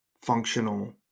functional